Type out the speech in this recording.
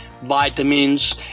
vitamins